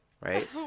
right